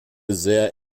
sehr